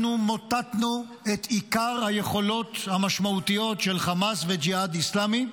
אנחנו מוטטנו את עיקר היכולות המשמעותיות של חמאס והג'יהאד האסלאמי.